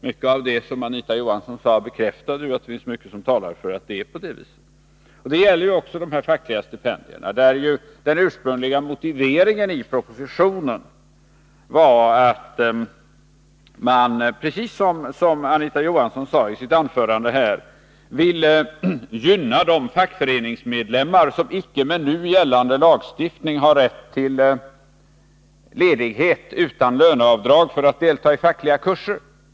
Mycket av det som Anita Johansson sade bekräftade mitt intryck att det är på det viset. Det gäller också de fackliga stipendierna där den ursprungliga motiveringen i propositionen var att man, precis som Anita Johansson sade i sitt anförande, ville gynna de fackföreningsmedlemmar som icke med nu gällande lagstiftning har rätt till ledighet utan löneavdrag för att delta i fackliga kurser.